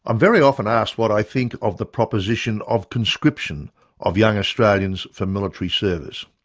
um very often asked what i think of the proposition of conscription of young australians for military service.